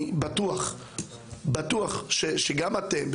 אני בטוח שגם אתם,